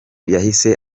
yahise